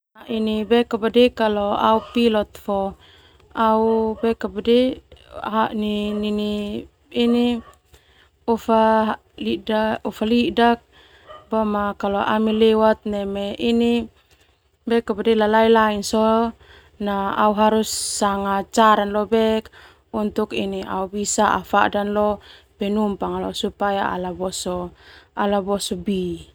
Au pilot fo au nini ofa lidak sona ami lewat neme lalai lain sona au harus sanga cara na lo bek do untuk au afada penumpang fo ala boso bi.